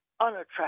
unattractive